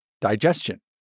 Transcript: digestion